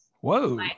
whoa